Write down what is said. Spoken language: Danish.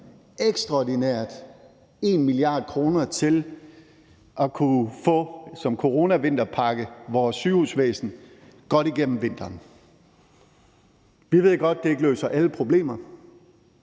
ekstraordinært 1 mia. kr. til en coronavinterpakke for at få vores sygehusvæsen godt igennem vinteren. Vi ved godt, at det ikke løser alle problemer,